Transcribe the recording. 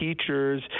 teachers